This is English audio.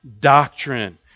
doctrine